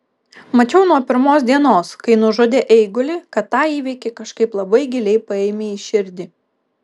mačiau nuo pirmos dienos kai nužudė eigulį kad tą įvykį kažkaip labai giliai paėmei į širdį